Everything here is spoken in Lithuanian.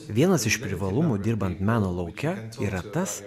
vienas iš privalumų dirbant meno lauke yra tas